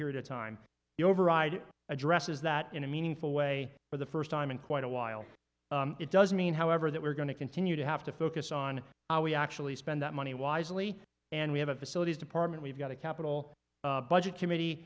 period of time the override addresses that in a meaningful way for the first time in quite a while it does mean however that we're going to continue to have to focus on how we actually spend that money wisely and we have a facilities department we've got a capital budget